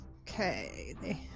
Okay